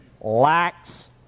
lacks